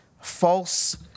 false